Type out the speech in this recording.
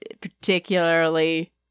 particularly